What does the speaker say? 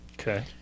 Okay